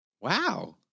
wow